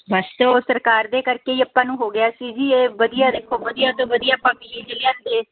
ਬਸ ਉਹ ਸਰਕਾਰ ਦੇ ਕਰਕੇ ਹੀ ਆਪਾਂ ਨੂੰ ਹੋ ਗਿਆ ਸੀ ਜੀ ਇਹ ਵਧੀਆ ਦੇਖੋ ਵਧੀਆ ਤੋਂ ਵਧੀਆ ਆਪਾਂ ਬੀਜ ਲਿਆਉਂਦੇ